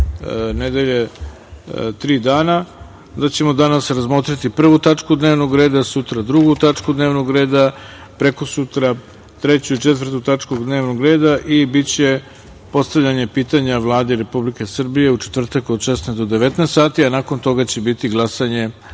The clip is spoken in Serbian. nedelje, tri dana, da ćemo danas razmotriti prvu tačku dnevnog reda, sutra drugu tačku dnevnog reda, prekosutra treću i četvrtu tačku dnevnog reda i biće postavljanje pitanja Vladi Republike Srbije u četvrtak od 16,00 do 19,00 časova, a nakon toga će biti dan